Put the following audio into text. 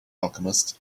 alchemist